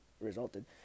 Resulted